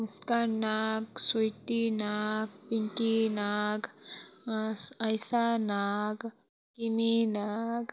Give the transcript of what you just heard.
Muskan Nag Sweety Nag Pinky Nag Aisa Nag Kini Nag